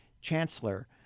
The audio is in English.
Chancellor